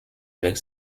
avec